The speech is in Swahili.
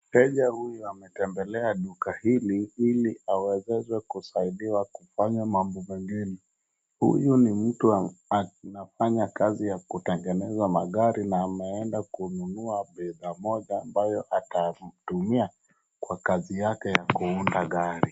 Mteja huyu ametembelea duka hili ili awezeshwe kusaidiwa kufanya mambo mageni. Huyu ni mtu anafanya kazi ya kutengeneza magari na ameenda kununua bidhaa moja ambayo atatumia kwa kazi yake ya kuunda gari.